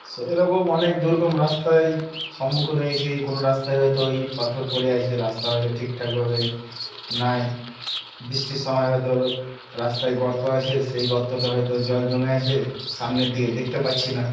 so এরকম অনেক দুর্গম রাস্তায় সম্মুখীন হয়েছি কোনো রাস্তায় হয়তো ইট পাথর পড়ে আছে রাস্তা হয়তো ঠিকঠাকভাবে নেই বৃষ্টির সময় হয়তো রাস্তায় গর্ত আছে সেই গর্তটা হয়তো জল জমে আছে সামনের দিকে দেখতে পাচ্ছি না